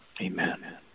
Amen